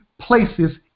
places